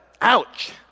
ouch